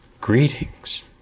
Greetings